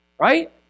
right